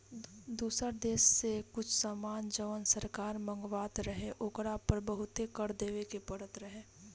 दुसर देश से कुछ सामान जवन सरकार मँगवात रहे ओकरा पर बहुते कर देबे के परत रहे